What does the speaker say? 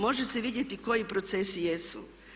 Može se vidjeti koji procesi jesu.